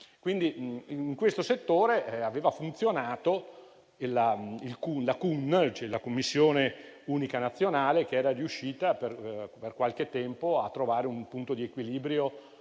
decenni. In questo settore aveva funzionato la Commissione unica nazionale (CUN), che era riuscita per qualche tempo a trovare un punto di equilibrio